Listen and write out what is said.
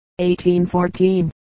1814